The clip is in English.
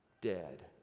dead